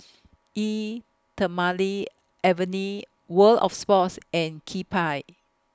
Eau Thermale Avene World of Sports and Kewpie